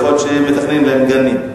יכול להיות שהם מתכננים להם גנים.